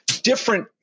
Different